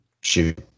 Shoot